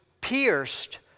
pierced